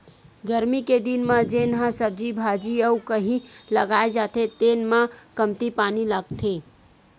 गरमी के दिन म जेन ह सब्जी भाजी अउ कहि लगाए जाथे तेन म कमती पानी लागथे